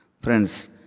Friends